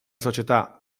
società